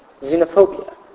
xenophobia